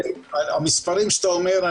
המספרים שאתה אומר,